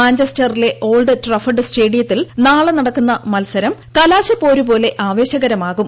മാഞ്ചസ്റ്ററിലെ Old Trafford സ്റ്റേഡിയത്തിൽ നാളെ നടക്കുന്ന മത്സരം കലാശപ്പോരു പോലെ ആവേശകരമാകും